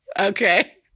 Okay